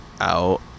out